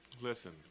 Listen